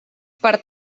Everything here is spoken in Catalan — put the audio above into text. per